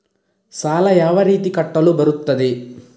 ಸಾಲ ಯಾವ ರೀತಿ ಕಟ್ಟಲು ಬರುತ್ತದೆ?